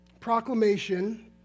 Proclamation